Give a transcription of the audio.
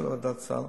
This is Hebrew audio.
של ועדת הסל,